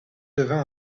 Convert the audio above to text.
devint